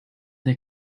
they